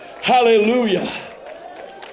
Hallelujah